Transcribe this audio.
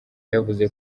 yavuze